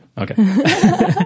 Okay